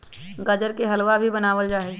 गाजर से हलवा भी बनावल जाहई